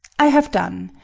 i have done.